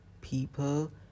people